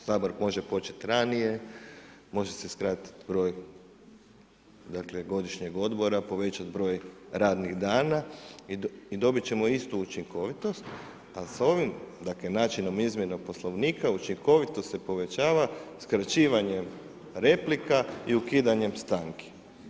Sabor može početi ranije, može se skratiti broj godišnjeg odmora, povećati broj radnih dana i dobit ćemo istu učinkovitosti, al sa ovim dakle, načinom izmjene Poslovnika učinkovitost se povećava skraćivanjem replika i ukidanjem stanki.